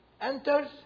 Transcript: enters